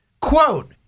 Quote